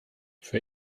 für